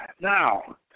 now